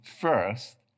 first